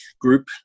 group